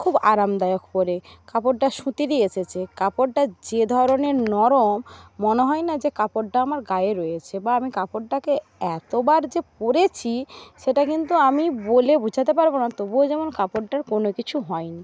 খুব আরামদায়ক পরে কাপড়টা সুতিরই এসেছে কাপড়টা যে ধরনের নরম মনে হয়না যে কাপড়টা আমার গায়ে রয়েছে বা আমি কাপড়টাকে এতবার যে পরেছি সেটা কিন্তু আমি বলে বোঝাতে পারবো না তবুও যেমন কাপড়টার কোনো কিছু হয়নি